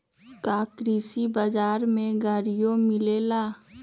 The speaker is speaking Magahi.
का कृषि बजार में गड़ियो मिलेला?